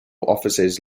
offices